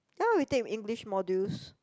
now we take English modules